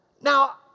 Now